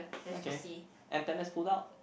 okay antennae pulled out